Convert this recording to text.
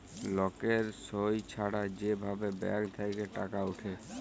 লকের সই ছাড়া যে ভাবে ব্যাঙ্ক থেক্যে টাকা উঠে